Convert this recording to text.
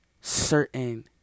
certain